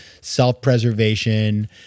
self-preservation